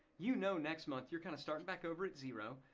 you know next month you're kind of starting back over at zero.